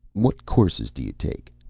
what courses do you take?